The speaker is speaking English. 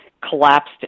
collapsed